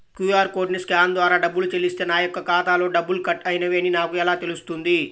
QR కోడ్ని scan ద్వారా డబ్బులు చెల్లిస్తే నా యొక్క ఖాతాలో డబ్బులు కట్ అయినవి అని నాకు ఎలా తెలుస్తుంది?